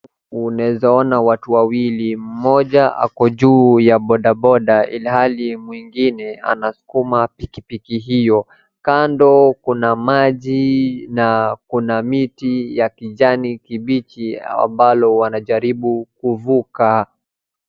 Unaweza ona watu wawili, mmoja ako juu ya bodaboda ilhali mwingine anasukuma pikipiki hiyo. Kando kuna maji na kuna miti ya kijani kibishi ambalo wanajaribu kuvuka.